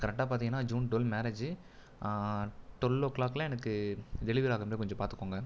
கரக்ட்டாக பார்த்தீங்கன்னா June twelve மேரேஜ்ஜி டுவெல் ஓ க்ளாக்லாம் எனக்கு டெலிவரி ஆகிற மாதிரி கொஞ்சம் பார்த்துக்கோங்க